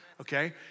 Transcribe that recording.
okay